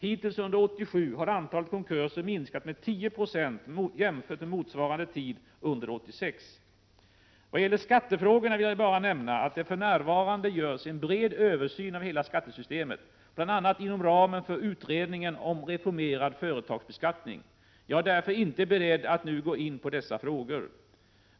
Hittills under år 1987 har antalet konkurser minskat med 10 96 jämfört med motsvarande tid under år 1986. Vad gäller skattefrågorna vill jag bara nämna att det för närvarande görs en bred översyn av hela skattesystemet, bl.a. inom ramen för utredningen om reformerad företagsbeskattning. Jag är därför inte beredd att nu gå in på dessa frågor.